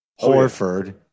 Horford